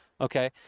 Okay